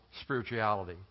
spirituality